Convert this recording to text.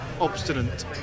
obstinate